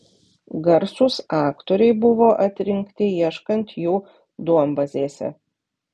garsūs aktoriai buvo atrinkti ieškant jų duombazėse